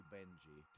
Benji